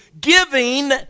giving